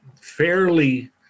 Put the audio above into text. fairly